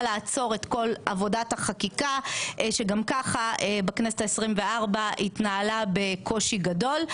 לעצור את כל עבודת החקיקה שגם כך בכנסת ה-24 התנהלה בקושי גדול.